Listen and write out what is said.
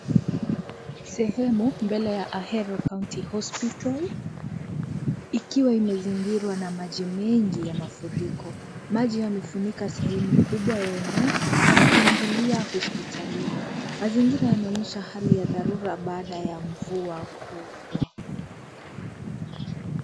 Sehemu mbele ya Ahero County Hospital ikiwa imezingirwa na maji mengi ya mafuriko, maji yamefunika sehemu kubwa ya eneo na kuingilia hospitalini mazingira yanaonyesha hali ya dharura baada ya mvua kubwa.